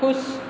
ख़ुश